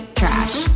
trash